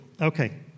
Okay